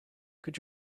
could